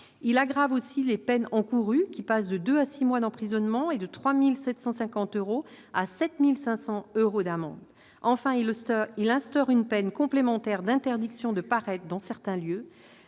à aggraver les peines encourues, qui passent de deux à six mois d'emprisonnement et de 3 750 euros à 7 500 euros d'amende. Enfin, il s'agit d'instaurer une peine complémentaire d'interdiction de paraître dans certains lieux,